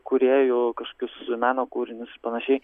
kūrėjų kažkokius meno kūrinius panašiai